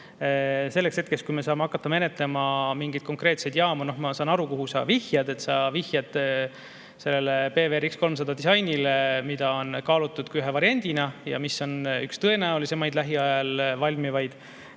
Selleks hetkeks, kui me saame hakata menetlema mingeid konkreetseid jaamu … Ma saan aru, millele sa vihjad. Sa vihjad sellele BWRX-300 disainile, mida on kaalutud ühe variandina ja mis on üks tõenäolisemaid lähiajal valmivaid